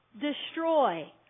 destroy